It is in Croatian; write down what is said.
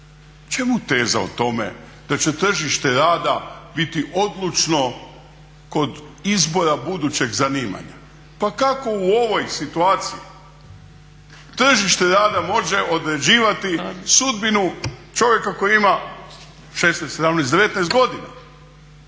čemu teza o tome da će tržište rada biti odlučno kod izbora budućeg zanimanja? Pa kako u ovoj situaciji tržište rada može određivati sudbinu čovjeka koji ima 16, 17, 19 godina?